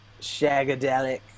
Shagadelic